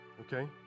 okay